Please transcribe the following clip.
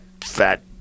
fat